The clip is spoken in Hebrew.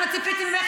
תעני לי,